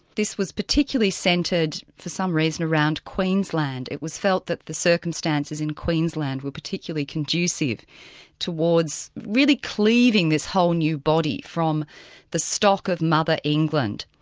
this was particularly centred for some reason, around queensland. it was felt that the circumstances in queensland were particularly conducive towards really cleaving this whole new body from the stock of mother england,